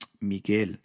Miguel